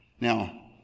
Now